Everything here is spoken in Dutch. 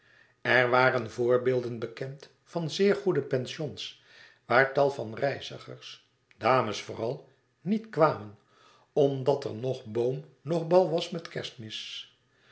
er waren voorbeelden bekend van zeer goede pensions waar tal van reizigers dames vooral niet kwamen omdat er noch boom noch bal was met kerstmis